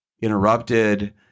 interrupted